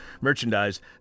merchandise